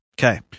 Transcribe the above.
Okay